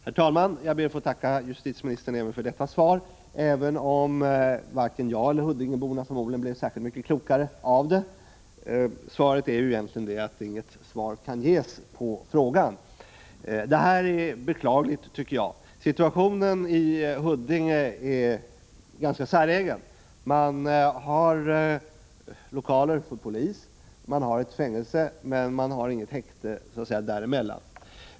Herr talman! Jag ber att få tacka justitieministern också för detta svar, även om varken jag eller huddingeborna förmodligen blev särskilt mycket klokare av det. Svaret är ju egentligen att inget svar kan ges på frågan. Det här är beklagligt, tycker jag. Situationen i Huddinge är ganska säregen. Man har lokaler för polis, man har ett fängelse, men man har inget häkte så att säga däremellan.